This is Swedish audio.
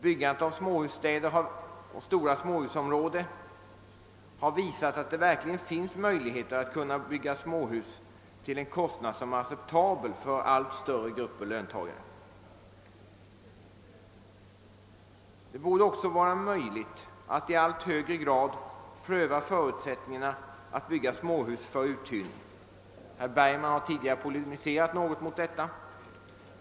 Tillkomsten av småhusstäder och liknande småhusområden har visat att det verkligen finns möjligheter att bygga småhus till en kostnad som är acceptabel för allt större grupper löntagare. Det borde också vara möjligt att i allt högre grad pröva förutsättningarna för att bygga småhus för uthyrning. Herr Bergman har tidigare polemiserat något mot denna tanke.